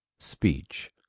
Speech